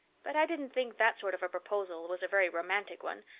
but i didn't think that sort of a proposal was a very romantic one,